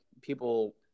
people